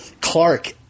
Clark